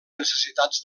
necessitats